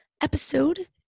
episode